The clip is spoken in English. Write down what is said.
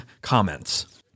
comments